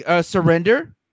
surrender